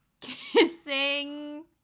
kissing